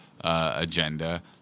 agenda